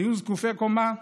היו זקופי קומה.